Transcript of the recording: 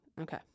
Okay